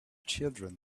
children